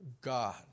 God